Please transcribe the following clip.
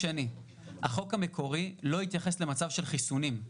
איציק דניאל מאגף התקציבים,